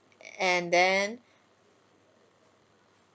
and then